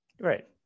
Right